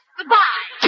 Goodbye